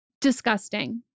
Disgusting